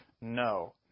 No